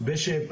שלום לכולם,